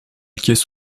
acquiert